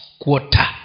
quarter